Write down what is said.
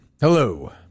Hello